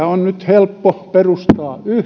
on nyt helppoa perustaa